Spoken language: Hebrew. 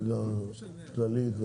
אני